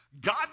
God